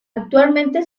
actualmente